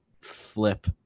flip